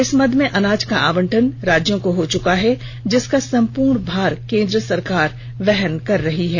इस मद में अनाज का आवंटन राज्यों को हो चुका है जिसका संपूर्ण भार केंद्र सरकार वहन कर रही है